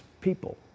people